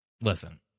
listen